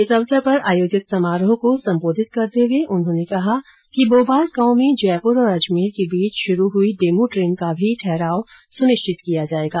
इस अवसर पर आयोजित समारोह को सम्बोधित करते हुए उन्होंने कहा कि बोबास गांव में जयपुर और अजमेर के बीच शुरू हुई डेमु ट्रेन का भी ठहराव भी सुनिश्चित किया जाएगा